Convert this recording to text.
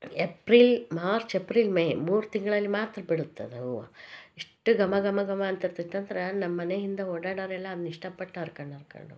April March April May ಮೂರು ತಿಂಗಳಲ್ಲಿ ಮಾತ್ರ ಬಿಡುತ್ತದು ಹೂವು ಎಷ್ಟು ಘಮ ಘಮ ಘಮ ಅಂತಿರುತ್ತಂದ್ರೆ ನಮ್ಮಮನೆ ಹಿಂದೆ ಓಡಾಡೋರೆಲ್ಲ ಅದನ್ನ ಇಷ್ಟಪಟ್ಟು ಹರ್ಕೋಂಡ್ ಹರ್ಕೋಂಡೋಗ್ತಾರೆ